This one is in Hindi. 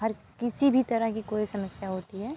हर किसी भी तरह की कोई समस्या होती है